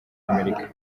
amerika